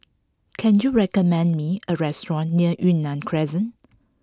can you recommend me a restaurant near Yunnan Crescent